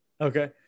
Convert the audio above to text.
Okay